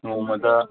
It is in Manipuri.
ꯅꯣꯡꯃꯗ